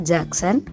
Jackson